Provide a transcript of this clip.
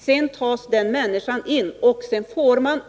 Sedan tas vederbörande in.